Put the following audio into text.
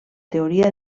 teoria